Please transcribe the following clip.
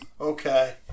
okay